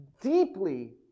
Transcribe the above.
deeply